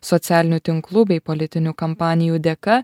socialinių tinklų bei politinių kampanijų dėka